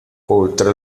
oltre